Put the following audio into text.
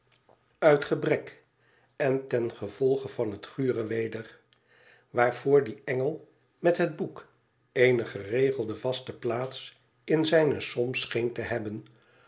gebrek en ten gevolge van het gure weder waarvoor die engel met het boek eene geregelde vaste plaats in zijne som scheen te hebben